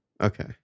Okay